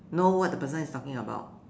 know what the person is talking about